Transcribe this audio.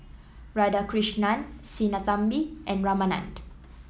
Radhakrishnan Sinnathamby and Ramanand